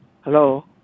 Hello